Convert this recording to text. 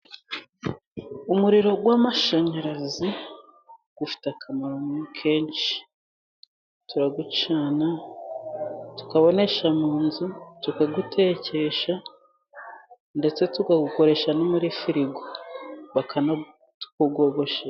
Umuriro w' amashanyarazi ufite akamaro kenshi, turawucana, tubonesha mu nzu, tukawutekesha ndetse tukawukoresha no muri firigo bakana twogosha.